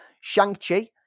Shang-Chi